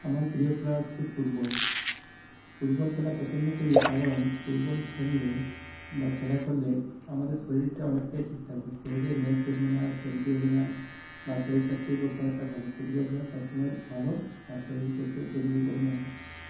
আমার প্রিয় খেলা হচ্ছে ফুটবল ফুটবল খেলা পছন্দ করি কারণ ফুটবল খেললে বা খেলা করলে আমাদের শরীরটা অনেকটাই ঠিক থাকবে শরীরে মেদ জমবে না চর্বি হবে না বা শরীর স্বাস্থ্যের পক্ষে অনেকটা ভালো ফুটবল খেলা সবসময় ভালো আর শরীরের পক্ষে উপযোগী বলে মনে করি